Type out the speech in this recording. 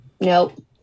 Nope